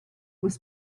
was